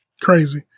crazy